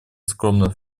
скромный